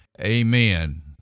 amen